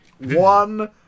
one